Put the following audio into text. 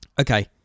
okay